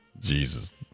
jesus